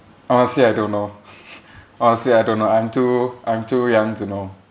honestly I don't know honestly I don't know I'm too I'm too young to know